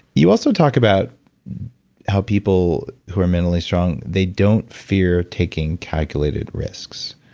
you also talk about how people who are mentally strong, they don't fear taking calculated risks.